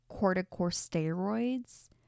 corticosteroids